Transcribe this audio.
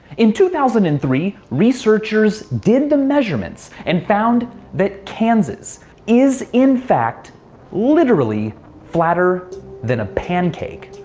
in two thousand and three, researchers did the measurements and found that kansas is in fact literally flatter than a pancake.